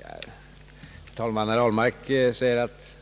Herr talman! Herr Ahlmark sade att